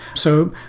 so,